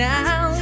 Now